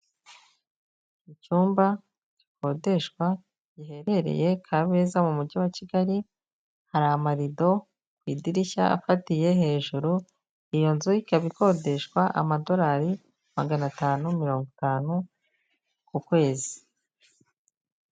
Icyumba gikodeshwa giherereye Kabeza mu Mujyi wa Kigali, hari amarido ku idirishya afatiye hejuru, iyo nzu ikaba ikodeshwa amadolari magana atanu mirongo itanu ku kwezi.